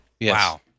Wow